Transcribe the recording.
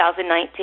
2019